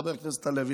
חבר הכנסת הלוי,